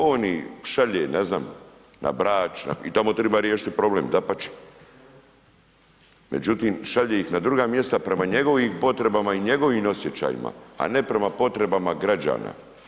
On ih šalje, ne znam, na Brač i tamo treba riješiti problem, dapače, međutim šalje ih na druga mjesta prema njegovim potrebama i njegovim osjećajima, a ne prema potrebama građana.